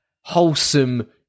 wholesome